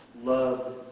love